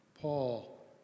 Paul